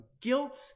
guilt